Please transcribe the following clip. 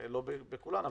לא בכולן,